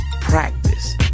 practice